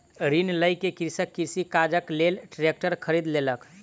ऋण लय के कृषक कृषि काजक लेल ट्रेक्टर खरीद लेलक